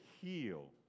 heal